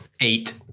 eight